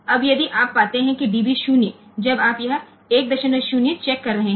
अब यदि आप पाते हैं कि db 0 जब आप यह 10 चेक कर रहे हैं